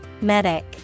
Medic